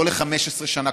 לא ל-15 שנה,